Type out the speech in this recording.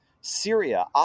Syria